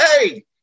hey